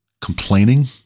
complaining